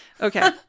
Okay